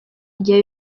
igihe